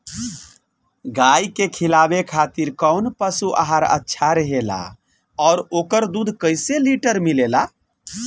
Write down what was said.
गाय के खिलावे खातिर काउन पशु आहार अच्छा रहेला और ओकर दुध कइसे लीटर मिलेला?